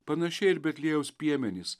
panašiai ir betliejaus piemenys